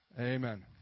Amen